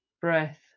breath